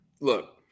look